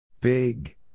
Big